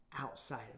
outside